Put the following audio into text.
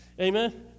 Amen